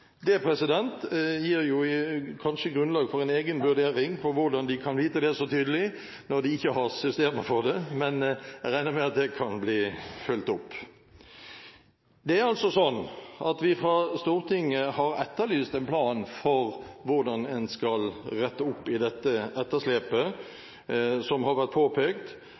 kanskje grunnlag for en egen vurdering av hvordan de kan vite det så tydelig når de ikke har systemer for det, og jeg regner med at det kan bli fulgt opp. Det er slik at vi fra Stortinget har etterlyst en plan for hvordan en skal rette opp i dette etterslepet som har vært påpekt,